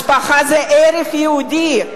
משפחה זה ערך יהודי.